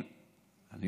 מי?